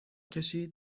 کشید